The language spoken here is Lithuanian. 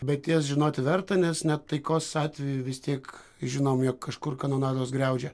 bet jas žinoti verta nes net taikos atveju vis tiek žinom jog kažkur kanonados griaudžia